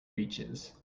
breeches